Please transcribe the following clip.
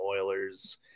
Oilers